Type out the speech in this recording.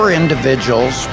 individuals